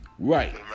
right